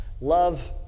love